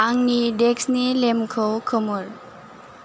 आंनि देस्कनि लेम्पखौ खोमोर